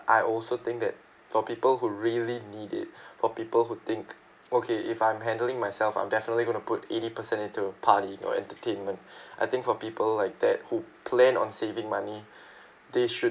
I also think that for people who really need it for people who think okay if I'm handling myself I'm definitely gonna put eighty percent into partying or entertainment I think for people like that who plan on saving money they should